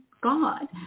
God